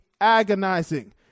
agonizing